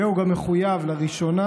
ולראשונה,